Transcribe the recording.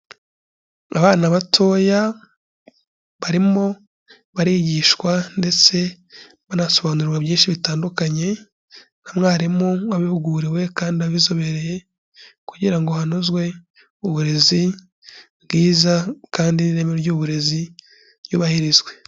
Abana batoya barimo barigishwa ndetse banasobanurwa byinshi bitandukanye, nka mwarimu wabihuguriwe kandi abizobereye kugira ngo hanozwe uburezi bwiza kandi n'ireme ry'uburezi ryubahirizwe.